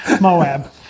Moab